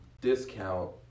discount